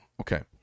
Okay